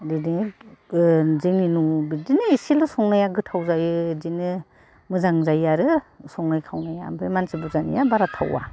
बिदिनो गोन जोंनि न' बिदिनो एसेल' संनाया गोथाव जायो बिदिनो मोजां जायो आरो संनाय खावनाया ओमफ्राय मानसि बुरजानिया बारा थावा